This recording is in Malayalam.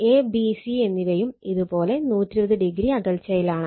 a b c എന്നിവയും ഇതേ പോലെ 120o അകൽച്ചയിലാണ്